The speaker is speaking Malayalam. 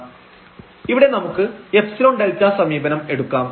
fxy█x2y2|x||y| xy≠000 xy00┤ ഇവിടെ നമുക്ക് ϵΔ സമീപനം എടുക്കാം